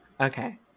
Okay